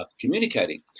communicating